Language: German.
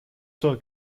zur